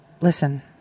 listen